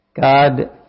God